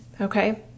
Okay